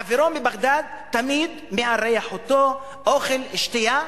חברו מבגדד תמיד מארח אותו, אוכל, שתייה.